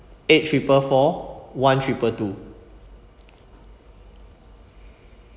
eight triple four one triple two